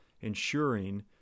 ensuring